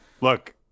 look